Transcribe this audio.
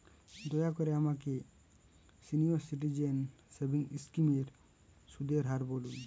দয়া করে আমাকে সিনিয়র সিটিজেন সেভিংস স্কিমের সুদের হার বলুন